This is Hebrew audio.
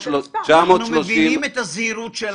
אנחנו מבינים את הזהירות שלכם.